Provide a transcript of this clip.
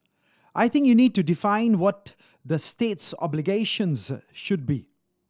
I think you need to define what the state's obligations should be